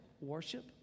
worship